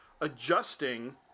adjusting